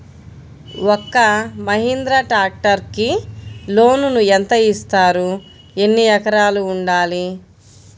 ఒక్క మహీంద్రా ట్రాక్టర్కి లోనును యెంత ఇస్తారు? ఎన్ని ఎకరాలు ఉండాలి?